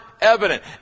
evident